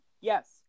Yes